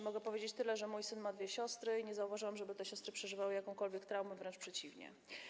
Mogę powiedzieć tyle, że mój syn ma dwie siostry i nie zauważyłam, żeby te siostry przeżywały jakąkolwiek traumę, wręcz przeciwnie.